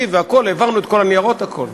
והכול והעברנו את כל הניירות והכול.